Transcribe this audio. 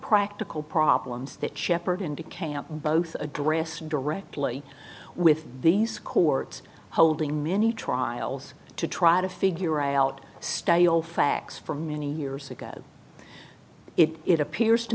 practical problems that shepherd into camp both address directly with these courts holding many trials to try to figure out stale facts from many years ago it appears to